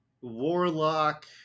warlock